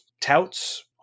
Touts